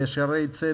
ב"שערי צדק",